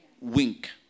wink